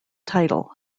title